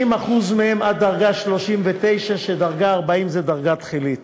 90% מהם עד דרגה 39, כשדרגה 40 היא דרגה תחילית.